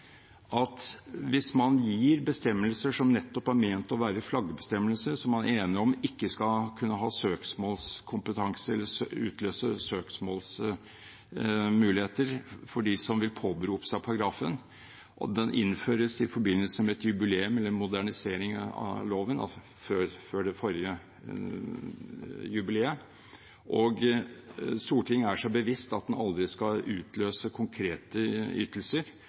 at hvis man gir bestemmelser som nettopp er ment å være flaggbestemmelser, som man er enige om ikke skal kunne ha søksmålskompetanse eller utløse søksmålsmuligheter for dem som vil påberope seg paragrafen, og den innføres i forbindelse med et jubileum eller en modernisering av loven, før det forrige jubileet, og Stortinget er seg bevisst at man aldri skal utløse konkrete ytelser,